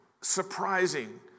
surprising